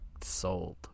sold